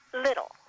Little